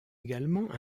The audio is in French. également